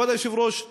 כבוד היושב-ראש,